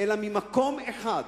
אלא ממקום אחד,